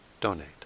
donate